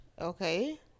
Okay